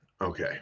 Okay